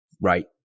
Right